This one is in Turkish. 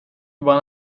bana